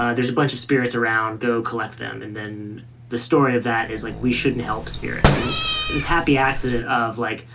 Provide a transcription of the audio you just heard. ah there's a bunch of spirits around. collect them. and then the story of that is like we shouldn't help spirits. and this happy accident of, like,